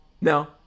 No